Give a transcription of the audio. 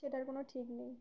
সেটার কোনো ঠিক নেই